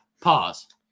Pause